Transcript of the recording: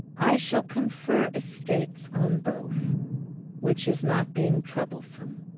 i shall confer estates on both which is not being troublesome,